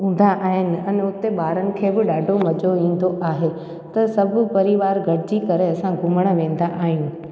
हूंदा आहिनि अने उते ॿारनि खे बि ॾाढो मज़ो ईंदो आहे त सभु परिवार गॾिजी करे असां घुमणु वेंदा आहियूं